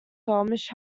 flemish